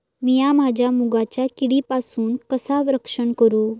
मीया माझ्या मुगाचा किडीपासून कसा रक्षण करू?